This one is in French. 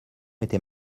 était